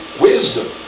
wisdom